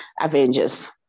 Avengers